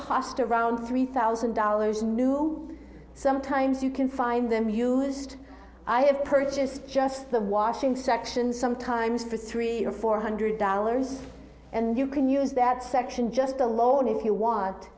cost around three thousand dollars new sometimes you can find them used i have purchased just the washing sections sometimes for three or four hundred dollars and you can use that section just alone if you want